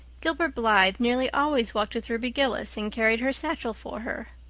gilbert blythe nearly always walked with ruby gillis and carried her satchel for her.